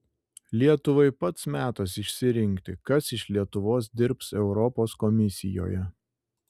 lietuvai pats metas išsirinkti kas iš lietuvos dirbs europos komisijoje